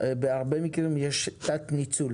בהרבה מקרים יש תת ניצול